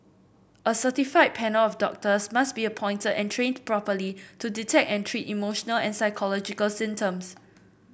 a certified panel of doctors must be appointed and trained properly to detect and treat emotional and psychological symptoms